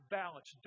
balance